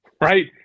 right